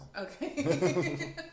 okay